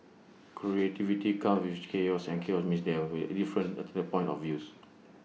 creativity comes with chaos and chaos means there will be different alternate points of views